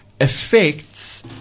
affects